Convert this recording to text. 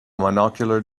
monocular